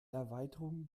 erweiterung